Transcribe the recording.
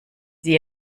sie